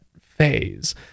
phase